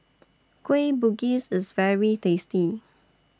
Kueh Bugis IS very tasty